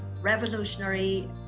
revolutionary